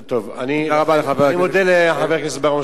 אני מודה לחבר הכנסת בר-און,